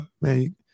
Man